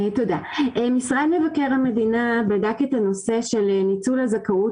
משרד מבקר המדינה בדק את הנושא של ניצול הזכאות